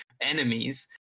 enemies